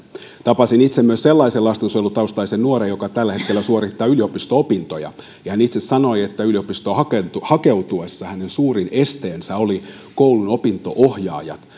tapasin itse myös sellaisen lastensuojelutaustaisen nuoren joka tällä hetkellä suorittaa yliopisto opintoja ja hän itse sanoi että yliopistoon hakeutuessaan hakeutuessaan hänen suurin esteensä olivat koulun opinto ohjaajat